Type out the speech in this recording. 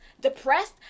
depressed